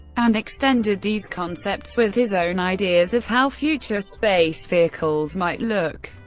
and extended these concepts with his own ideas of how future space vehicles might look.